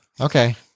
Okay